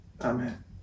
Amen